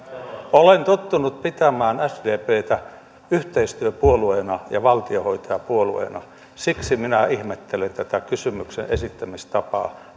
olen tottunut pitämään sdptä yhteistyöpuolueena ja valtionhoitajapuolueena siksi minä ihmettelen tätä kysymyksen esittämistapaa